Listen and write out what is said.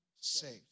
saved